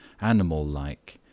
animal-like